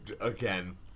Again